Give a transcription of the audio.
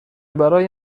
برای